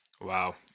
Wow